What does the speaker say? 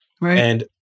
Right